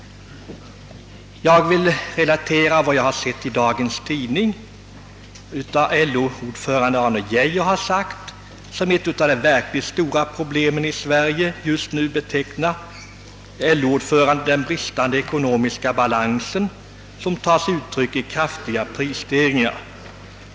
Jag vill i detta sammanhang hänvisa till ett referat i dagens tidningar av ett uttalande av LO-ordföranden Arne Geijer. Som ett av de verkligt stora problemen i Sverige just nu betecknar han den bristande ekonomiska balans, som tar sig uttryck i kraftiga prisstegringar.